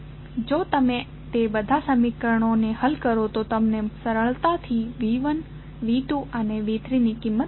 જો તમે તે બધા ત્રણ સમીકરણો હલ કરો તો તમને સરળતા થીV1V2 અને V3 ની કિંમત મળશે